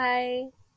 Bye